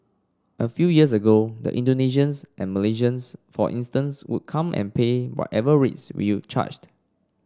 a few years ago the Indonesians and Malaysians for instance would come and pay whatever rates we'll charged